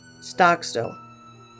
Stockstill